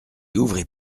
ouvrez